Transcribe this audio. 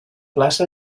plaça